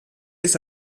ist